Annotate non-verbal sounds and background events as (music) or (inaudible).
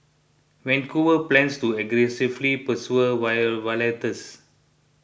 Vancouver plans to aggressively pursue (unintelligible) violators